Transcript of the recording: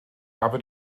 habe